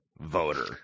voter